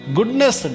Goodness